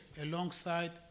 alongside